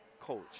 coach